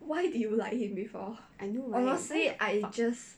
I know right what the fuck